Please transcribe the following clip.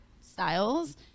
styles